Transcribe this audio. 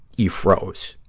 you froze.